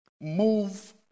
move